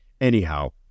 anyhow